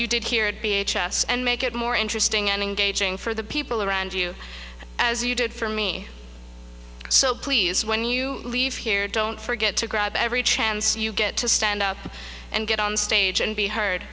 you did here at b h us and make it more interesting and engaging for the people around you as you did for me so please when you leave here don't forget to grab every chance you get to stand up and get on stage and be heard